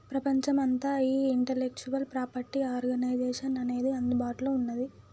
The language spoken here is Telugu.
ప్రపంచమంతా ఈ ఇంటలెక్చువల్ ప్రాపర్టీ ఆర్గనైజేషన్ అనేది అందుబాటులో ఉన్నది